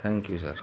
thank you sir